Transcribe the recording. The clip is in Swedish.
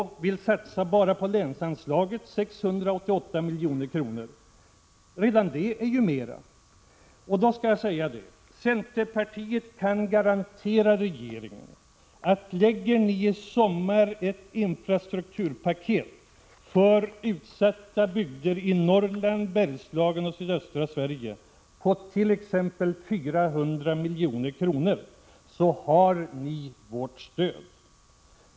1986/87:128 länsanslaget satsa 688 milj.kr. Redan detta är ju mera. 21 maj 1987 Centerpartiet kan garantera att regeringen har vårt stöd om ni i sommar lägger fram ett infrastrukturpaket på t.ex. 400 milj.kr. för utsatta bygder i Norrland, Bergslagen och sydöstra Sverige.